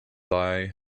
thy